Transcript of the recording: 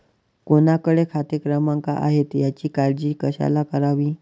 कोणाकडे खाते क्रमांक आहेत याची काळजी कशाला करावी